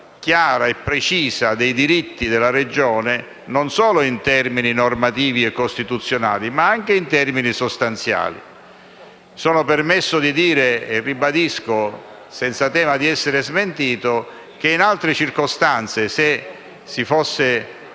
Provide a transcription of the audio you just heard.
chiara e precisa dei diritti della Regione, non solo in termini normativi e costituzionali, ma anche sostanziali. Mi sono permesso di dire - e lo ribadisco senza tema di essere smentito - che in altre circostanze, se si dovesse